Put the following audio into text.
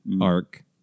arc